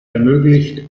ermöglicht